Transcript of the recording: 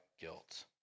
guilt